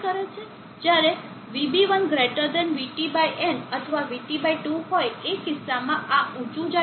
જ્યારે VB1 VTn અથવા VT2 હોય એ કિસ્સામાં આ ઉચું જાય છે